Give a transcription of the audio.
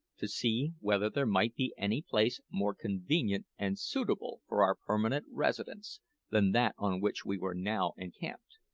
to see whether there might be any place more convenient and suitable for our permanent residence than that on which we were now encamped.